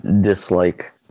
dislike